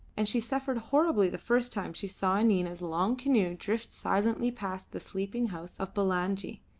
and she suffered horribly the first time she saw nina's long canoe drift silently past the sleeping house of bulangi,